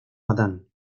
adán